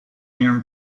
iron